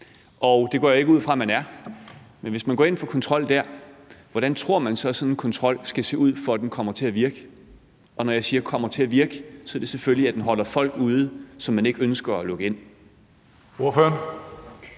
Det går jeg ikke ud fra man er, men hvis man går ind for kontrol dér, hvordan tror man så sådan en kontrol skal se ud, for at den kommer til at virke? Og når jeg siger kommer til at virke, er det selvfølgelig, at den holder folk ude, som man ikke ønsker at lukke ind.